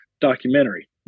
documentary